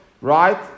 Right